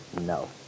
No